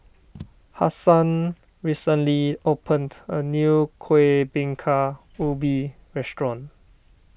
Hassan recently opened a new Kueh Bingka Ubi restaurant